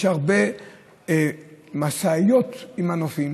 יש הרבה משאיות עם מנופים,